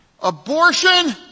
...abortion